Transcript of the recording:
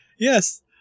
Yes